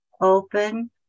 Open